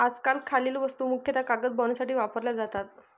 आजकाल खालील वस्तू मुख्यतः कागद बनवण्यासाठी वापरल्या जातात